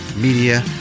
Media